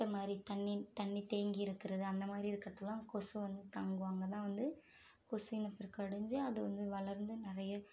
குட்டை மாதிரி தண்ணி தண்ணி தேங்கி இருக்கிறது அந்த மாதிரி இருக்கிற இடத்துலலாம் கொசு வந்து தங்கும் அங்கே தான் வந்து கொசு இனப்பெருக்கம் அடைஞ்சு அது வந்து வளர்ந்து நிறைய